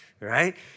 right